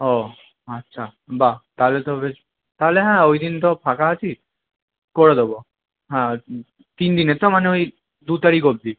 ও আচ্ছা বা তাহলে তো বেশ তাহলে হ্যাঁ ওই দিন তো ফাঁকা আছি করে দেবো হ্যাঁ তিন দিনের তো মানে ওই দু তারিখ অবধি